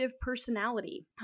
personality